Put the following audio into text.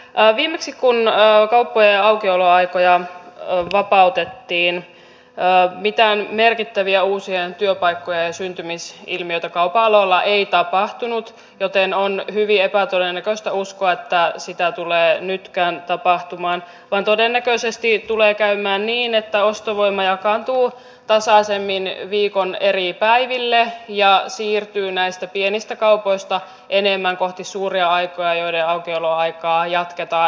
viimeksi kun kauppojen aukioloaikoja vapautettiin mitään merkittäviä uusien työpaikkojen syntymisilmiöitä kaupan aloilla ei tapahtunut joten on hyvin epätodennäköistä uskoa että sitä tulee nytkään tapahtumaan vaan todennäköisesti tulee käymään niin että ostovoima jakaantuu tasaisemmin viikon eri päiville ja siirtyy näistä pienistä kaupoista enemmän kohti suuria kauppoja joiden aukioloaikaa jatketaan